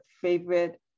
favorite